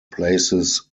places